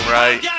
right